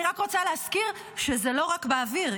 אני רק רוצה להזכיר שזה לא רק באוויר.